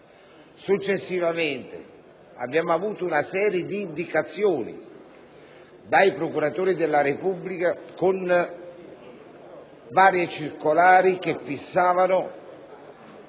Successivamente abbiamo ricevuto una serie di indicazioni dai procuratori della Repubblica attraverso varie circolari che fissavano